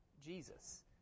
Jesus